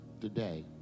today